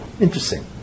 interesting